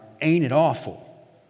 ain't-it-awful